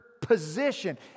position